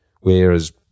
whereas